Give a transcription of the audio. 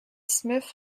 smith